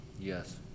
Yes